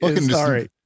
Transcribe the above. Sorry